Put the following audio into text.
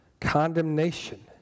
condemnation